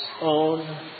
own